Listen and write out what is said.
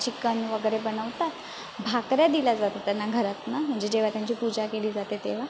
chicken वगैरे बनवतात भाकऱ्या दिल्या जातात त्यांना घरातून म्हणजे जेव्हा त्यांची पूजा केली जाते तेव्हा